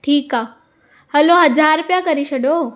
ठीकु आहे हलो हज़ार रुपिया करे छॾियो